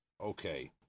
Okay